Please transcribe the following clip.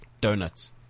donuts